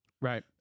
Right